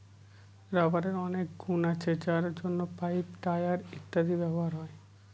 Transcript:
রাবারের অনেক গুন আছে যার জন্য পাইপ, টায়ার ইত্যাদিতে ব্যবহার হয়